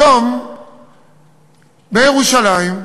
היום בירושלים,